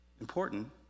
important